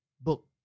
book